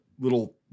little